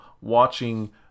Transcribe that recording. watching